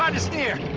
um to steer